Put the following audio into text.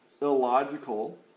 illogical